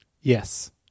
yes